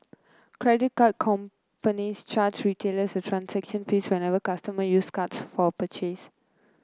credit card companies charge retailers a transaction fee whenever customers use cards for a purchase